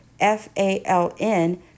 FALN